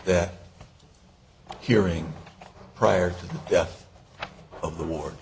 that hearing prior to the death of the